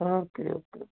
okay okay okay